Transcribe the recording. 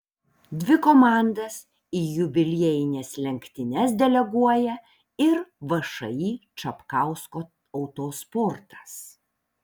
dvi komandas į jubiliejines lenktynes deleguoja ir všį čapkausko autosportas